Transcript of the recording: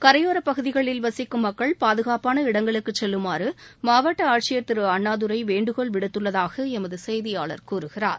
கரையோர பகுதிகளில் வசிக்கும் மக்கள் பாதுகாப்பான இடங்களுக்கு செல்லுமாறு மாவட்ட ஆட்சியர் திரு அண்ணாதுரை வேண்டுகோள் விடுத்துள்ளதாக எமது செய்தியாளர் கூறுகிறார்